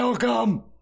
Welcome